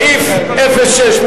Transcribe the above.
סעיף 06,